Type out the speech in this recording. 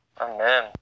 Amen